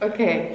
Okay